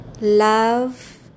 love